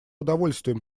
удовольствием